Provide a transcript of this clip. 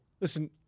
listen